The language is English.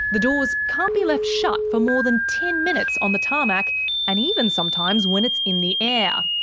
the doors can't be left shut for more than ten minutes on the tarmac and even sometimes when it's in the air.